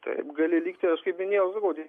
taip gali likti aš kaip minėjau sakau